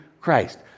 Christ